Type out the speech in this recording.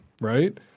Right